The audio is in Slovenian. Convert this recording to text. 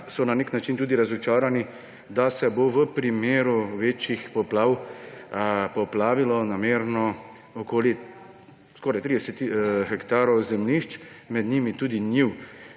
so na nek način razočarani, da se bo v primeru večjih poplav namerno poplavilo skoraj 30 hektarjev zemljišč, med njimi tudi njiv.